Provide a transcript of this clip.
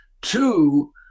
Two